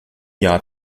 jahr